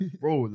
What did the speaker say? bro